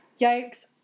Yikes